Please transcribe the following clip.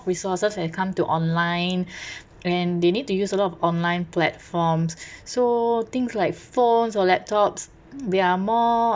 resources when it come to online and they need to use a lot of online platforms so things like phones or laptops they are more